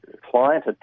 client